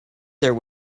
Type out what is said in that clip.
there